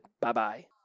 Bye-bye